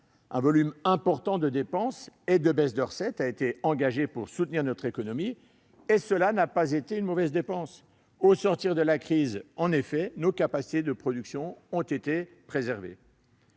Un volume important de dépenses ou de baisses de recettes a été autorisé pour soutenir notre économie, ce qui n'a pas été un mauvais choix : au sortir de la crise, nos capacités de production ont été préservées.